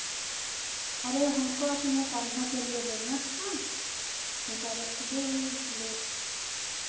अरे हमको अपने कान्हा के लिए लेना था उनका बर्थडे है इसलिए